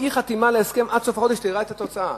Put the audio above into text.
אי-חתימה על ההסכם עד סוף החודש תרע את התוצאה.